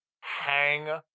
hang